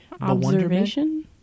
observation